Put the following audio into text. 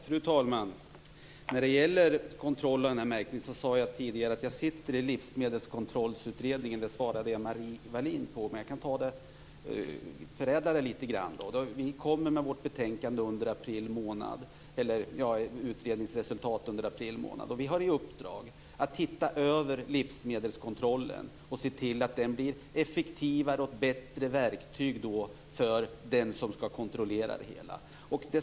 Fru talman! När det gäller kontroll av den här märkningen sade jag tidigare att jag sitter i livsmedelskontrollutredningen. Det svarade jag Marie Wilén, men jag kan förädla det litet. Vi kommer med vårt utredningsresultat under april. Vi har i uppdrag att titta över livsmedelskontrollen och se till att den blir ett effektivare och bättre verktyg för den som skall kontrollera det hela.